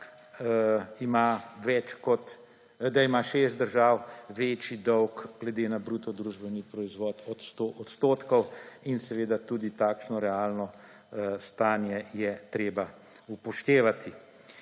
ima šest držav večji dolg glede na bruto družbeni proizvod od 100 odstotkov, in tudi takšno realno stanje je treba upoštevati.